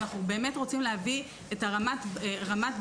כי אנחנו באמת רוצים להביא את רמת הבריאות